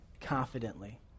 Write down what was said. confidently